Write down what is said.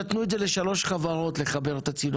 נתנו לשלוש חברות לחבר את הצינור.